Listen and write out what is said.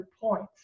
points